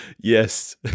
Yes